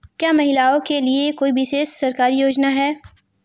क्या महिलाओं के लिए कोई विशेष सरकारी योजना है?